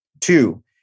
Two